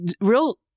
Real